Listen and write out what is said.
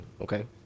okay